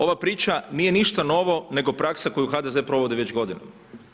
Ova priča nije ništa novo nego praksa koju HDZ provodi već godinama.